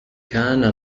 كان